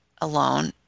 alone